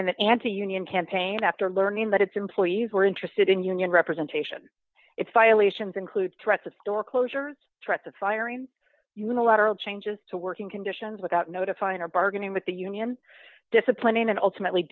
an anti union campaign after learning that its employees were interested in union representation if violations include threats of store closures track the firing unilateral changes to working conditions without notifying or bargaining with the union disciplining and ultimately